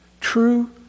True